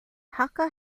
hakka